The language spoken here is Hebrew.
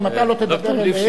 אם אתה לא תדבר אליהם,